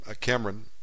Cameron